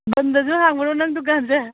ꯕꯟꯗꯁꯨ ꯍꯥꯡꯕ꯭ꯔꯣ ꯅꯪ ꯗꯨꯀꯥꯟꯁꯦ